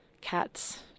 Cats